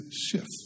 shift